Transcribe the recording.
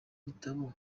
gitabo